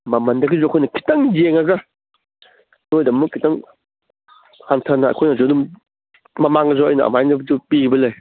ꯃꯃꯟꯗꯒꯤꯁꯨ ꯑꯩꯈꯣꯏꯅ ꯈꯤꯇꯪ ꯌꯦꯡꯉꯒ ꯅꯣꯏꯗꯃꯨꯛ ꯈꯤꯇꯪ ꯍꯟꯊꯅ ꯑꯩꯈꯣꯏꯅꯁꯨ ꯑꯗꯨꯝ ꯃꯃꯥꯡꯗꯁꯨ ꯑꯩꯅ ꯑꯗꯨꯃꯥꯏꯅꯁꯨ ꯄꯤꯒꯤꯕ ꯂꯩ